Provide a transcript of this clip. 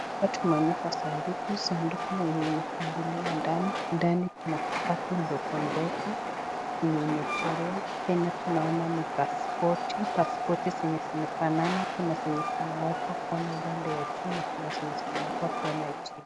Hapa tumeonyeshwa sanduku . Sanduku yenye imefunguliwa ndani. Ndani Kuna vitabu dogo dogo yenye imechorwa tena tunaona ni passporti,(cs). Passporti,(cs), zenye zimefanana kuna zenye zimewekwa kuona upande wa juu na zenye zimewekwa kuona chini.